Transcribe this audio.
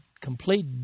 complete